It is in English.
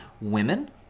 Women